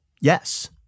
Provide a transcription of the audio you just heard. yes